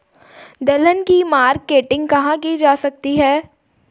दलहन की मार्केटिंग कहाँ की जा सकती है?